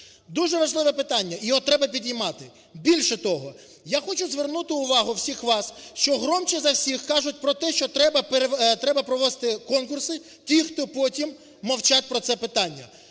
Дуже важливе питання, його треба підіймати. Більше того, я хочу звернути увагу всіх вас, що громче за всіх кажуть про те, що треба провести конкурси, ті, хто потім мовчать про це питання.